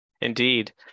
Indeed